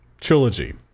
trilogy